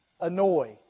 annoy